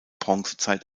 bronzezeit